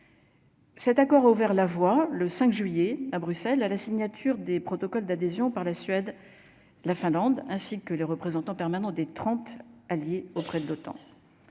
Cet accord a ouvert la voie le 5 juillet à Bruxelles à la signature des protocoles d'adhésion par la Suède, la Finlande, ainsi que les représentants permanents des 30 alliés auprès de l'OTAN,